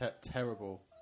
Terrible